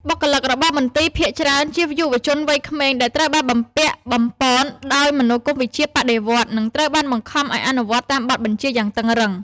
បុគ្គលិករបស់មន្ទីរភាគច្រើនជាយុវជនវ័យក្មេង ដែលត្រូវបានបំពាក់បំប៉នដោយមនោគមវិជ្ជាបដិវត្តន៍ និងត្រូវបានបង្ខំឱ្យអនុវត្តតាមបទបញ្ជាយ៉ាងតឹងរ៉ឹង។